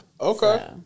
Okay